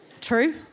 True